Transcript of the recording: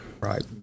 Right